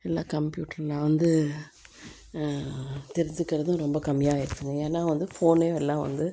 எல்லா கம்பியூட்ரு வந்து தெரிஞ்சிக்கிறதும் ரொம்ப கம்மியாக ஆகிடுச்சுங்க ஏன்னா வந்து ஃபோன்லேயும் எல்லாம் வந்து